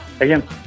again